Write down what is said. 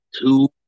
Two